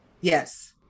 Yes